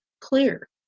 clear